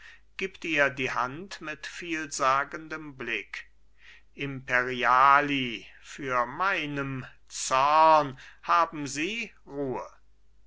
gibt ihr die hand mit vielsagendem blick imperiali für meinen zorn haben sie ruhe